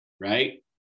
right